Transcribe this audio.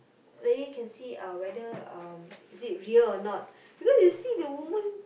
really can see uh whether um is it real or not because you see the woman